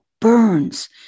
burns